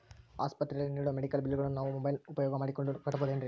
ಆಸ್ಪತ್ರೆಯಲ್ಲಿ ನೇಡೋ ಮೆಡಿಕಲ್ ಬಿಲ್ಲುಗಳನ್ನು ನಾವು ಮೋಬ್ಯೆಲ್ ಉಪಯೋಗ ಮಾಡಿಕೊಂಡು ಕಟ್ಟಬಹುದೇನ್ರಿ?